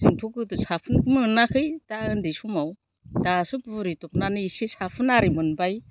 जोंथ' गोदो साफोन मोनाखै दा उन्दै समाव दासो बुरिदबनानै एसे साफोन आरि मोनबाय